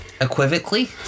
Equivocally